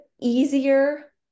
easier